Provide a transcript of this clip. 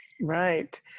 Right